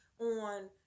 on